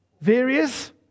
various